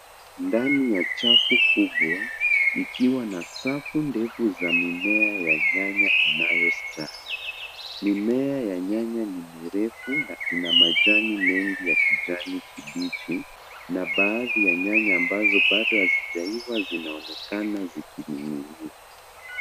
Ndani ya chafu kubwa ikiwa na safu ndefu za mimea ya nyanya inayosta. Mimea ya nyanya ni mirefu na ina majani mengi ya kijani kibichi na baadhi ya nyanya ambazo hazijaiva zinaonekana zikining'inia.